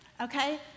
Okay